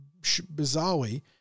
bizarrely